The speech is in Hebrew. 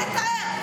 אין לתאר,